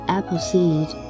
Appleseed